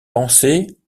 pensées